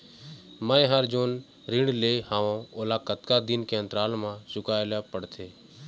मैं हर जोन ऋण लेहे हाओ ओला कतका दिन के अंतराल मा चुकाए ले पड़ते?